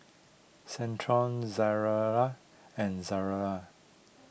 Centrum Ezerra and Ezerra